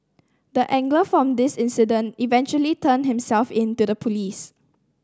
the angler from this incident eventually turned himself in to the police